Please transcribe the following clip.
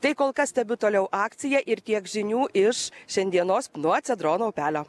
tai kol kas stebiu toliau akciją ir tiek žinių iš šiandienos nuo cedrono upelio